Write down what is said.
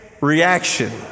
reaction